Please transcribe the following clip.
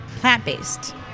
plant-based